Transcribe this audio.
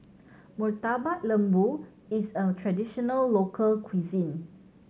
Murtabak Lembu is a traditional local cuisine